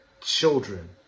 children